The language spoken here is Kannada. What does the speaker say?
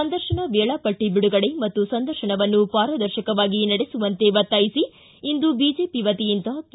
ಸಂದರ್ಶನ ವೇಳಾಪಟ್ಟ ಬಿಡುಗಡೆ ಮತ್ತು ಸಂದರ್ಶನವನ್ನು ಪಾರದರ್ಶಕವಾಗಿ ನಡೆಸುವಂತೆ ಒತ್ತಾಯಿಸಿ ಇಂದು ಬಿಜೆಪಿ ವತಿಯಿಂದ ಕೆ